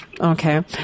Okay